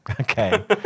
Okay